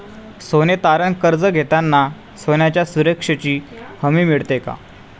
सोने तारण कर्ज घेताना सोन्याच्या सुरक्षेची हमी मिळते का?